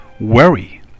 worry